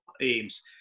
aims